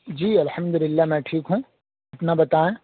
جی الحمد للہ میں ٹھیک ہوں اپنا بتائیں